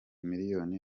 miliyoni